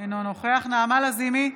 אינו נוכח נעמה לזימי,